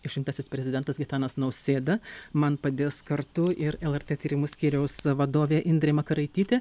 išrinktasis prezidentas gitanas nausėda man padės kartu ir lrt tyrimų skyriaus vadovė indrė makaraitytė